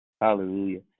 hallelujah